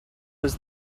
was